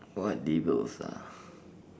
what labels ah